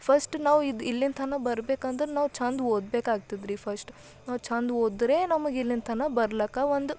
first ನಾವು ಇದು ಇಲ್ಲಿಂಥನ ಬರ್ಬೇಕಂದ್ರ ನಾವು ಛಂದ್ ಓದಬೇಕಾಗ್ತದ್ರಿ ಫಸ್ಟ್ ನಾವು ಛಂದ್ ಓದಿದ್ರೆ ನಮಗೆ ಇಲ್ಲಿಂತನ ಬರ್ಲಾಕ ಒಂದು